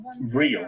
real